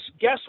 guess